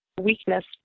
weakness